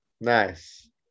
Nice